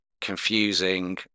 confusing